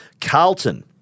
Carlton